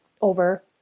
over